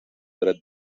dret